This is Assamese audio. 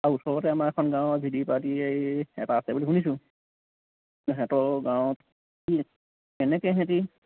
আৰু ওচৰতে আমাৰ এখন গাঁৱৰ ভি ডি পি পাৰ্টি এই এটা আছে বুলি শুনিছোঁ সিহঁতৰ গাঁৱত কি কেনেকে সেহঁতি